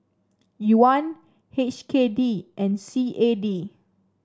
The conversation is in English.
Yuan H K D and C A D